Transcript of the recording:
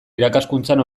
irakaskuntzan